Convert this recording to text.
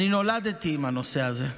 אני נולדתי עם הנושא הזה.